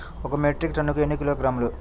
ఒక మెట్రిక్ టన్నుకు ఎన్ని కిలోగ్రాములు?